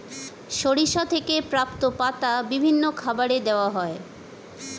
সরিষা থেকে প্রাপ্ত পাতা বিভিন্ন খাবারে দেওয়া হয়